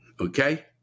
okay